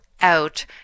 out